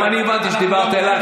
גם אני הבנתי שדיברת אליי,